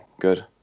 good